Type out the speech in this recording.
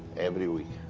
every week.